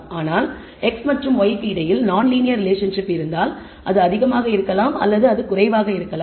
ஆனால் x மற்றும் y க்கு இடையில் நான் லீனியர் ரிலேஷன்ஷிப் இருந்தால் அது அதிகமாக இருக்கலாம் அல்லது அது குறைவாக இருக்கலாம்